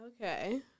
Okay